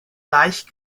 leicht